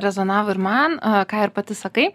rezonavo ir man ką ir pati sakai